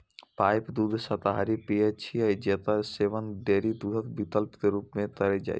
pipe दूध शाकाहारी पेय छियै, जेकर सेवन डेयरी दूधक विकल्प के रूप मे कैल जाइ छै